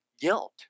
guilt